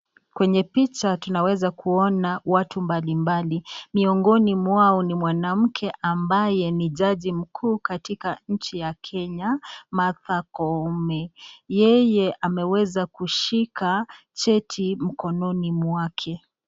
Kwenye picha tunaeza kuona watu mbalimbali mweongoni mwao ni mwanamke ambaye ni jaji mkuu wa Kenya, Martha Koome yeye ameweza kushika cheti mikononi mwake.